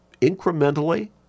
incrementally